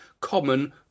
common